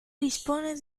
dispone